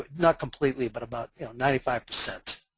not completely, but about ninety five percent.